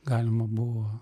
galima buvo